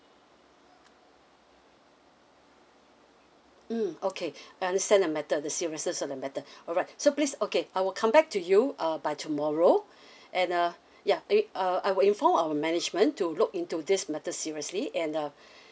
mm okay I understand the matter the seriousness of the matter alright so please okay I will come back to you uh by tomorrow and uh ya and we uh I will inform our management to look into this matter seriously and uh